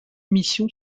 mission